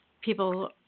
people